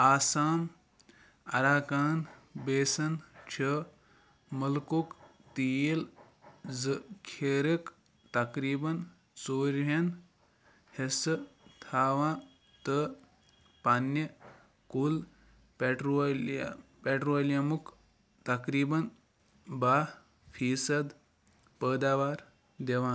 Assam Arakan basin چھُ مٕلکُک تیٖل ذٔخیٖرُک تقریباً ژوٗرِہَن حِصہٕ تھاوان تہٕ پنٛنہِ کُل پٮ۪ٹرول پٮ۪ٹرولیمُک تقریباً بَہہ فیٖصد پٲداوار دِوان